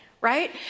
right